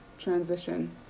transition